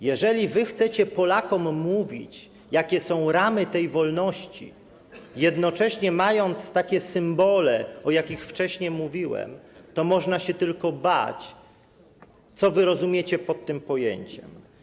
Jeżeli chcecie Polakom mówić, jakie są ramy tej wolności, a jednocześnie macie takie symbole, o jakich wcześniej mówiłem, to można się tylko bać tego, co wy rozumiecie przez to pojęcie.